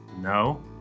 No